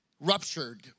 ruptured